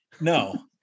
No